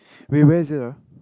wait where is it ah